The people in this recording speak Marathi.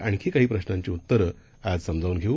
आणखीन काही प्रशांची उत्तरं आज समजावून घेऊ